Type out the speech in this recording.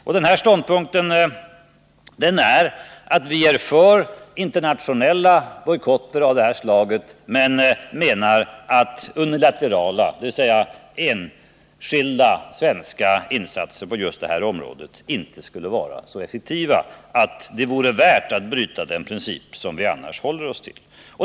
Riksdagens ståndpunkt innebär ett ja till internationella bojkotter av det här slaget men menar att unilaterala, dvs. enskilda svenska, insatser på just det här området inte skulle vara så effektiva att det vore värt att bryta den princip som vi annars håller oss till.